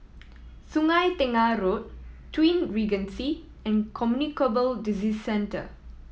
Sungei Tengah Road Twin Regency and Communicable Disease Centre